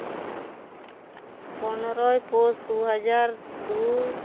ᱯᱚᱱᱨᱚᱭ ᱯᱳᱥ ᱫᱩ ᱦᱟᱡᱟᱨ ᱫᱩᱭ